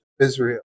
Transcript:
Israel